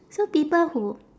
so people who